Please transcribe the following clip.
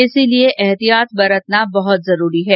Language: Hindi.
इसलिए एहतियात बरतना बहुत जरूरी है